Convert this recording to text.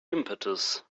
impetus